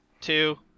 two